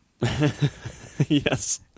Yes